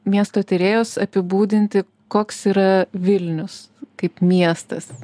miesto tyrėjos apibūdinti koks yra vilnius kaip miestas